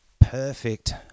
perfect